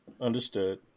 understood